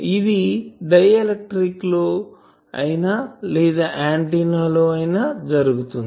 ఇది డైఎలక్ట్రిక్ లో అయినా లేదా ఆంటిన్నా లో జరుగుతుంది